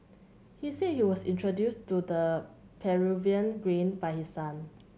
he said he was introduced to the Peruvian grain by his son